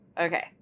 Okay